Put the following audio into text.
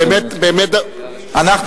או אם יש נתונים שיש איזה מוקד,